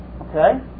Okay